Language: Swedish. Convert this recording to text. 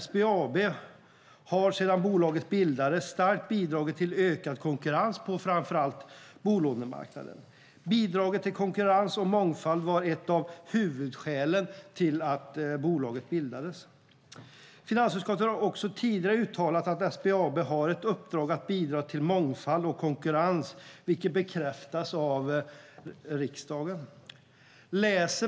SBAB har sedan bolaget bildades starkt bidragit till ökad konkurrens på framför allt bolånemarknaden. Bidraget till konkurrens och mångfald var ett av huvudskälen till att bolaget bildades. Finansutskottet har också tidigare uttalat att SBAB har ett uppdrag att bidra till mångfald och konkurrens, vilket bekräftas av riksdagen.